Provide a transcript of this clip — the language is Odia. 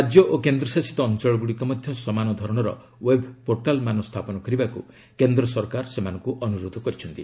ରାଜ୍ୟ ଓ କେନ୍ଦ୍ରଶାସିତ ଅଞ୍ଚଳଗ୍ରଡ଼ିକ ମଧ୍ୟ ସମାନଧରଣର ଓ୍ବେବ୍ ପୋର୍ଟାଲ୍ ସ୍ଥାପନ କରିବାକୃ କେନ୍ଦ୍ର ସରକାର ଅନ୍ତରୋଧ କରିଛନ୍ତି